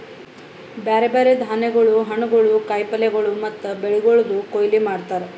ಬ್ಯಾರೆ ಬ್ಯಾರೆ ಧಾನ್ಯಗೊಳ್, ಹಣ್ಣುಗೊಳ್, ಕಾಯಿ ಪಲ್ಯಗೊಳ್ ಮತ್ತ ಬೆಳಿಗೊಳ್ದು ಕೊಯ್ಲಿ ಮಾಡ್ತಾರ್